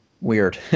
weird